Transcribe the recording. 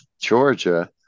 Georgia